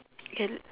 okay